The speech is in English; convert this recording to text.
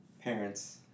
parents